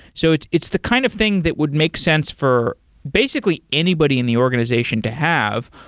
so it's it's the kind of thing that would make sense for basically anybody in the organization to have.